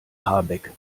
habeck